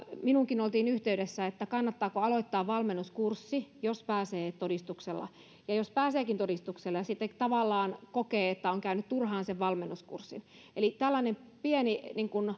minuunkin oltiin yhteydessä että kannattaako aloittaa valmennuskurssi jos pääsee todistuksella ja jos pääseekin todistuksella niin sitten tavallaan kokee että on käynyt turhaan sen valmennuskurssin eli tällainen pieni